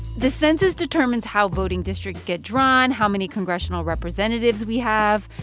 the census determines how voting districts get drawn, how many congressional representatives we have.